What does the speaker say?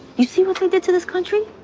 you see what we did to this country.